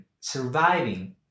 surviving